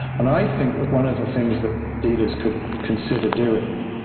and i think that one of the things that dealers could consider doing,